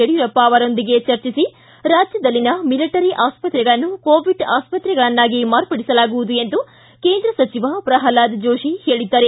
ಯಡಿಯೂರಪ್ಪ ಅವರೊಂದಿಗೆ ಚರ್ಚಿಸಿ ರಾಜ್ಯದಲ್ಲಿನ ಮಿಲಿಟರಿ ಆಸ್ಪತ್ರೆಗಳನ್ನು ಕೋವಿಡ್ ಆಸ್ಪತ್ರೆಗಳನ್ನಾಗಿ ಮಾರ್ಪಡಿಸಲಾಗುವುದು ಎಂದು ಕೇಂದ್ರ ಸಚಿವ ಪ್ರಲ್ವಾದ್ ಜೋಶಿ ಹೇಳಿದ್ದಾರೆ